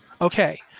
Okay